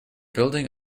building